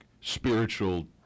spiritual